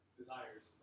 desires